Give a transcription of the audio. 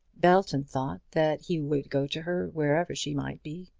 belton thought that he would go to her, wherever she might be,